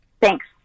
Thanks